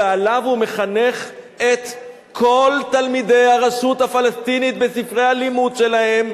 ועליו הוא מחנך את כל תלמידי הרשות הפלסטינית בספרי הלימוד שלהם,